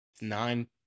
nine